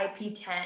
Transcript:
IP10